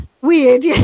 Weird